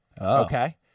Okay